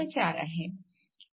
4 आहे